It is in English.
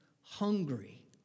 hungry